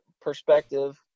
perspective